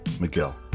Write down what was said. Miguel